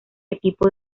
equipo